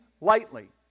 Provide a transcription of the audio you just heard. lightly